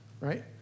right